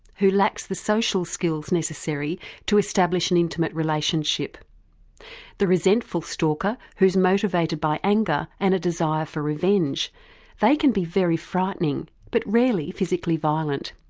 who lacks the social skills necessary to establish an intimate relationship the resentful stalker, who's motivated by anger and a desire for revenge they can be very frightening but rarely physically violent.